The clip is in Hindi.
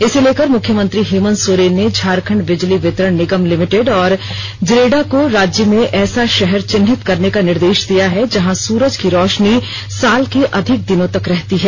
इसे लेकर मुख्यमंत्री हेमन्त सोरेन ने झारखंड बिजली वितरण निगम लिमिटेड और जरेडा को राज्य में ऐसा शहर चिन्हित करने का निर्देश दिया है जहां सूरज की रोशनी साल के अधिक दिनों तक रहती है